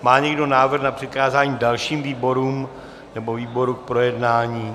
Má někdo návrh na přikázání dalším výborům nebo výboru k projednání?